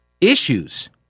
issues